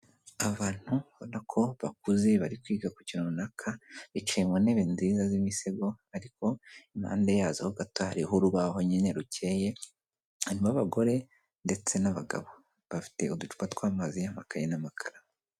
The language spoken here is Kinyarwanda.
Abantu ubona ko bakuze bari kwiga ku kintu runaka bicaye mu ntebe nziza z'imisego, ariko impande yazo ho gato hariho urubaho nyine rukeye, harimo abagore ndetse n'abagabo bafite uducupa tw'amazi, amakaye, n'amakaramu.